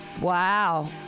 Wow